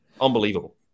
Unbelievable